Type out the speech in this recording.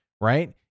right